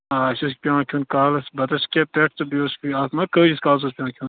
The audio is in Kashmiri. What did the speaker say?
آ اسہِ اوس یہِ پیٚوان کھیٚون کالَس بَتَس کٮیٚتھ پیٚٹھ تہٕ بیٚیہِ اوس بیٛاکھ ما کٲلَس کالس اوس پیٚوان کھیٚون